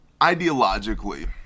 ideologically